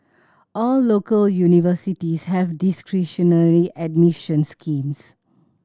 all local universities have discretionary admission schemes